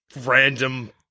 random